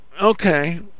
okay